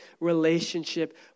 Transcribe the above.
relationship